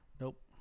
nope